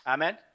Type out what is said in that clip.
Amen